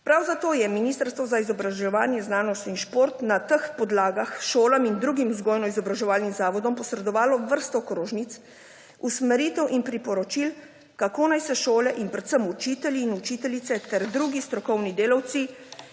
Prav zato je Ministrstvo za izobraževanje, znanost in šport na teh podlagah šolam in drugim vzgojno-izobraževalnim zavodom posredovalo vrsto okrožnic, usmeritev in priporočil, kako naj se šole in predvsem učitelji in učiteljice ter drugi strokovni delavci